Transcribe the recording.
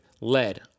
lead